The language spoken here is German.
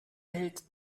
hält